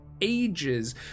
ages